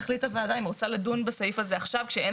תחליט הוועדה אם היא רוצה לדון בסעיף הזה עכשיו כשאין